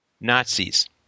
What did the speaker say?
Nazis